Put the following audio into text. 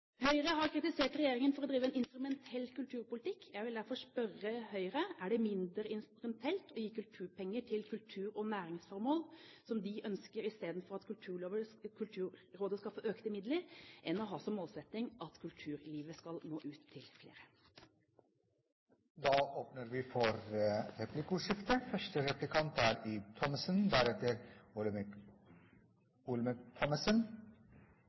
Høyre har kritisert regjeringen for å drive en instrumentell kulturpolitikk. Jeg vil derfor spørre Høyre: Er det mindre instrumentelt å gi kulturpenger til kultur- og næringsformål, som de ønsker, istedenfor at Kulturrådet skal få økte midler og ha som målsetting at kulturlivet skal nå ut til flere? Det blir replikkordskifte.